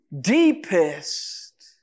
deepest